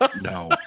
no